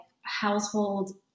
household